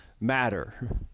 matter